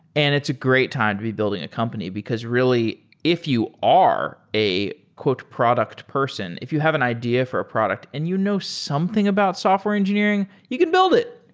and it's a great time to be building a company, because really if you are a product person, if you have an idea for a product and you know something about software engineering, you can build it.